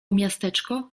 miasteczko